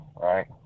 right